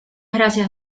gracias